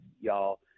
y'all